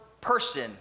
person